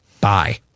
Bye